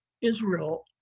Israel